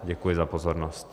Děkuji za pozornost.